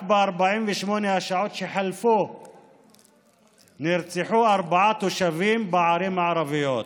רק ב-48 השעות שחלפו נרצחו ארבעה תושבים בערים הערביות.